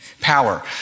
Power